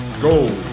gold